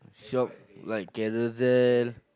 shop like Carousell